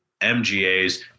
MGAs